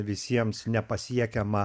visiems nepasiekiama